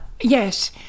Yes